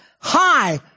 high